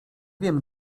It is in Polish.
wiem